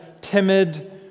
timid